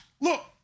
look